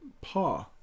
paw